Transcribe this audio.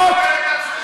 אתה סותר את עצמך.